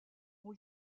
ont